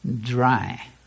dry